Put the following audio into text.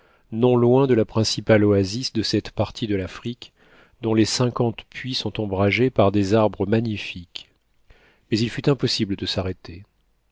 non loin de la principale oasis de cette partie de l'afrique dont les cinquante puits sont ombragés par des arbres magnifiques mais il fut impossible de s'arrêter